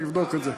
אני אבדוק את זה.